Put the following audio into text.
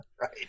Right